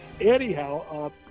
anyhow